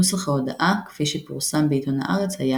נוסח ההודעה כפי שפורסם בעיתון הארץ היה